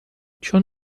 چون